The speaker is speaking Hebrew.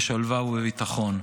בשלווה ובביטחון.